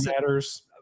Matters